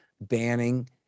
banning